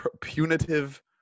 Punitive